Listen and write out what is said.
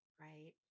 right